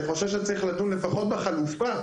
אני חושב שצריך לדון לפחות בחלופה,